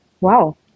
wow